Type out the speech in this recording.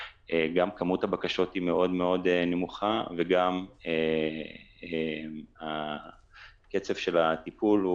גם כמות הבקשות היא מאוד מאוד נמוכה וגם קצב הטיפול הוא